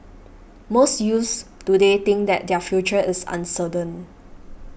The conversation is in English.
most youths today think that their future is uncertain